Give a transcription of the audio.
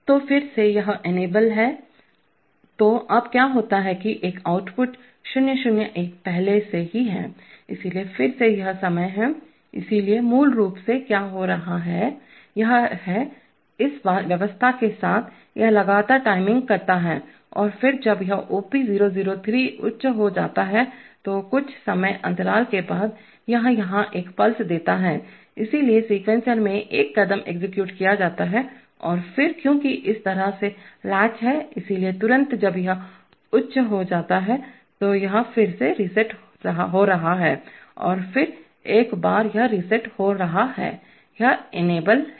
तो फिर से यह इनेबल है तो अब क्या होता है एक आउटपुट 0 0 1 पहले से ही है इसलिए फिर से यह समय है इसलिए मूल रूप से क्या हो रहा है यह है इस व्यवस्था के साथ यह लगातार टाइमिंग करता है और फिर जब यह OP003 उच्च हो जाता है तो कुछ समय अंतराल के बाद यह यहां एक पल्स देता है इसलिए सीक्वेंसर में एक कदम एग्जीक्यूट किया जाता है और फिर क्योंकि यह इस तरह से लैच है इसलिए तुरंत जब यह उच्च हो जाता है तो यह फिर से रीसेट हो रहा है और फिर एक बार यह रीसेट हो रहा है यह इनेबल है